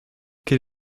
quel